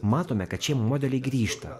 matome kad šie modeliai grįžta